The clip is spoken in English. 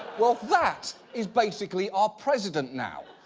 well, that is basically our president now.